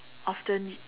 often